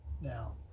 Now